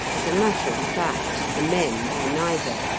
as a matter of fact the men do neither,